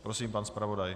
Prosím, pan zpravodaj.